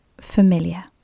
familiar